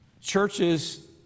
Churches